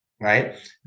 right